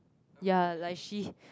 ya like she